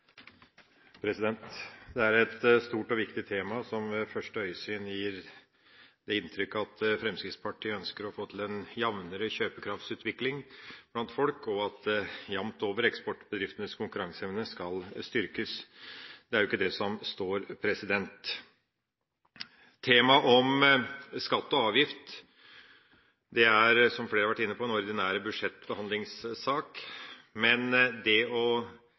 Det er et stort og viktig tema som ved første øyesyn gir det inntrykk at Fremskrittspartiet ønsker å få til en jevnere kjøpekraftsutvikling blant folk, og at eksportbedriftenes konkurranseevne jevnt over skal styrkes. Det er jo ikke det som står. Temaet om skatt og avgift er, som flere har vært inne på, en ordinær budsjettbehandlingssak. Men det å